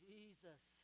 Jesus